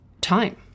time